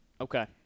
Okay